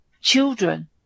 children